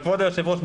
כבוד היושב-ראש,